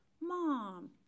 mom